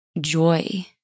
joy